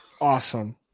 awesome